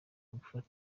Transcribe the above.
gufasha